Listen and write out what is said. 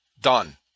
Done